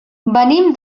venim